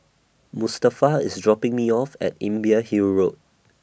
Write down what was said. Mustafa IS dropping Me off At Imbiah Hill Road